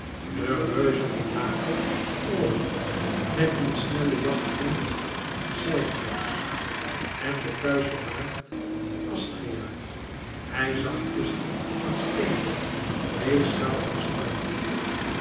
de reuzige jager orion met diens snellen jachthond seirios en de kuische maagd astrea hij zag visschen en steenbok weegschaal en schorpioen